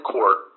Court